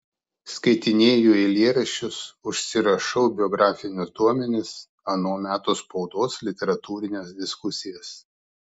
skaitinėju eilėraščius užsirašau biografinius duomenis ano meto spaudos literatūrines diskusijas